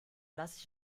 lasse